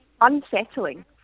unsettling